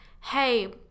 hey